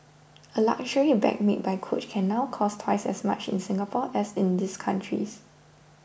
a luxury bag made by Coach can now cost twice as much in Singapore as in these countries